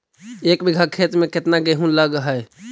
एक बिघा खेत में केतना गेहूं लग है?